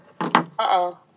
Uh-oh